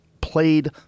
played